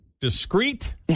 Discreet